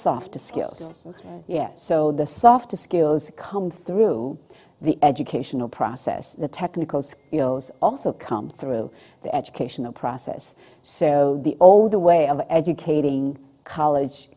soft skills yes so the soft skills come through the educational process technical skills also come through the educational process so the all the way of educating college